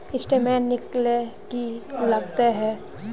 Statement निकले ले की लगते है?